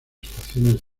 estaciones